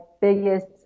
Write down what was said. biggest